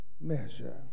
measure